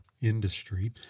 industry